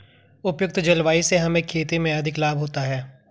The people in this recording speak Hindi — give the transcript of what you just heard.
उपयुक्त जलवायु से हमें खेती में अधिक लाभ होता है